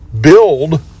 Build